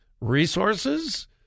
resources